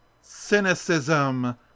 cynicism